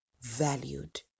valued